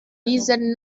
diesen